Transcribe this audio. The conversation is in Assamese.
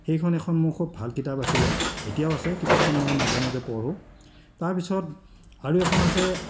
সেইখন এখন মোৰ খুব ভাল কিতাপ আছিলে এতিয়াও আছে কিতাপখন মই মাজে মাজে পঢ়োঁ তাৰপিছত আৰু এখন আছে